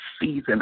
season